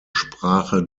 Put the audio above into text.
sprache